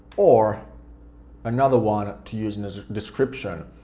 or another one to use and as a description